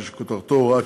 חברי הכנסת,